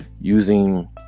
using